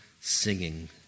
singing